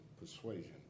persuasion